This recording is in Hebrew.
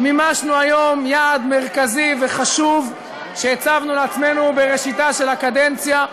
מימשנו היום יעד מרכזי וחשוב שהצבנו לעצמנו בראשיתה של הקדנציה,